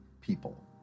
people